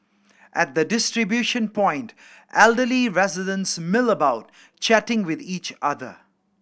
at the distribution point elderly residents mill about chatting with each other